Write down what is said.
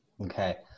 Okay